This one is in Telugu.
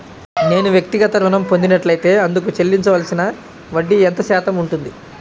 నేను వ్యక్తిగత ఋణం పొందినట్లైతే అందుకు చెల్లించవలసిన వడ్డీ ఎంత శాతం ఉంటుంది?